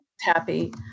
happy